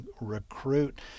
recruit